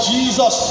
Jesus